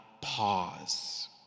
pause